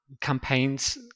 campaigns